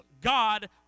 God